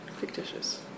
fictitious